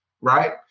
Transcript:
right